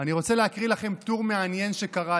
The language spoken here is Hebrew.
אני רוצה להקריא לכם טור מעניין שקראתי: